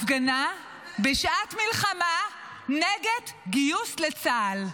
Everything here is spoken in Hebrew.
הפגנה בשעת מלחמה נגד גיוס לצה"ל.